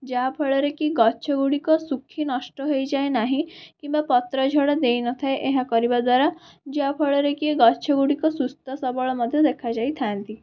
ଯାହାଫଳରେ କି ଗଛ ଗୁଡ଼ିକ ଶୁଖି ନଷ୍ଟ ହୋଇଯାଏ ନାହିଁ କିମ୍ବା ପତ୍ରଝଡ଼ା ଦେଇନଥାଏ ଏହା କରିବାଦ୍ଵାରା ଯାହାଫଳରେ କି ଗଛ ଗୁଡ଼ିକ ସୁସ୍ଥ ସବଳ ମଧ୍ୟ ଦେଖାଯାଇଥାନ୍ତି